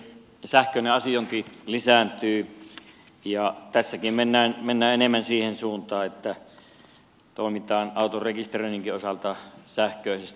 sähköinen asiointi lisääntyy ja tässäkin mennään enemmän siihen suuntaan että toimitaan auton rekisteröinninkin osalta sähköisesti